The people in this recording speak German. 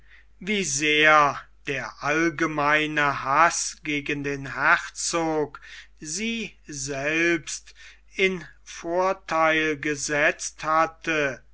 wie sehr der allgemeine haß gegen den herzog sie selbst in vortheil gesetzt hatte